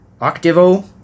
Octavo